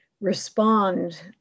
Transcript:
respond